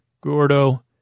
Gordo